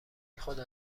خدا